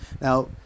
Now